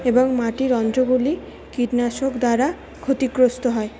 এবং মাটির রন্ধ্রগুলি কীটনাশক দ্বারা ক্ষতিগ্রস্থ হয়